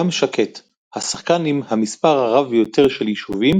ים שקט - השחקן עם המספר הרב ביותר של יישובים